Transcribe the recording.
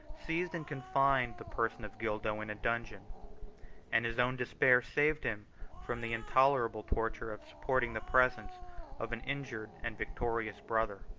seized and confined the person of gildo in a dungeon and his own despair saved him from the intolerable torture of supporting the presence of an injured and victorious brother.